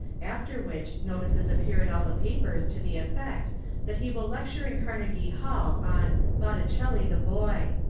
after which notices appear in all the papers to the effect that he will lecture in carnegie hall on botticelli the boy.